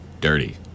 dirty